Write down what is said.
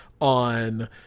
on